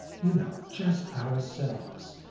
you know just ourselves.